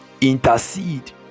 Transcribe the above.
intercede